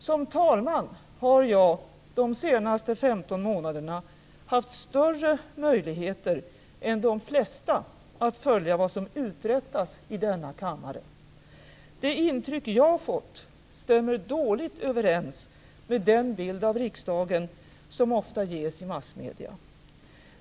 Som talman har jag under de senaste 15 månaderna haft större möjligheter än de flesta att följa vad som uträttas i denna kammare. Det intryck jag har fått stämmer dåligt överens med den bild av riksdagen som ofta ges i massmedierna.